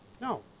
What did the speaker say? No